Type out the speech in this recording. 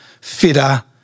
fitter